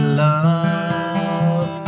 love